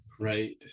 right